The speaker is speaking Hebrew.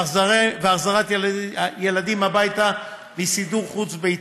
והחזרת ילדים הביתה מסידור חוץ-ביתי,